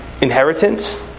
inheritance